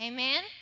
Amen